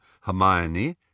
Hermione